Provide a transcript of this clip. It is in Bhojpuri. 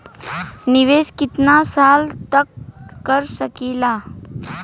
निवेश कितना साल तक कर सकीला?